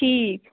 ٹھیٖک